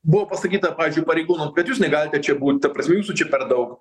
buvo pasakyta pavyzdžiui pareigūnam kad jūs negalite čia būt ta prasme jūsų čia per daug